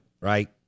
Right